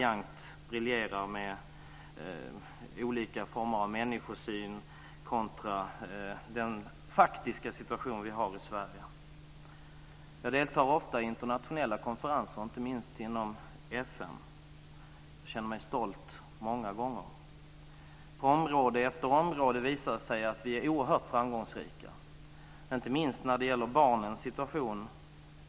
Han briljerar lite raljant med olika former av människosyn kontra den faktiska situation som vi har i Sverige. Jag deltar ofta i internationella konferenser, inte minst inom FN. Jag känner mig många gånger stolt. På område efter område visar det sig att vi är oerhört framgångsrika, inte minst när det gäller barnens situation.